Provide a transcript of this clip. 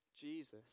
Jesus